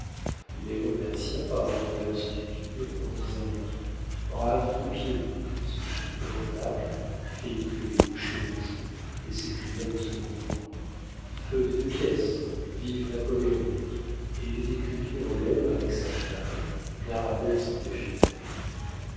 il les remercia par un regard stupide en disant braves troupiers il se mit au port d'armes feignit de les coucher en joue et s'écria en souriant feu des deux pièces vive napoléon et il décrivit en l'air avec sa canne une arabesque imaginaire